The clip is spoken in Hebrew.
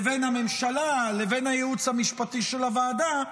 בין הממשלה לבין הייעוץ המשפטי לוועדה,